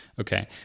Okay